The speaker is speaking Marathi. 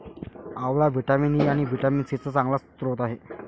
आवळा व्हिटॅमिन ई आणि व्हिटॅमिन सी चा चांगला स्रोत आहे